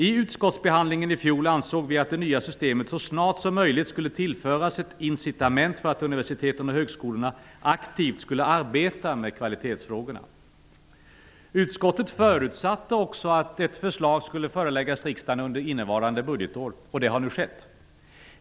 I utskottsbehandlingen i fjol ansåg vi att det nya systemet så snart som möjligt skulle tillföras ett incitament för att universiteten och högskolorna aktivt skulle arbeta med kvalitetsfrågorna. Utskottet förutsatte också att ett förslag skulle föreläggas riksdagen under innevarande budgetår. Detta har nu skett.